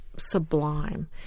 Sublime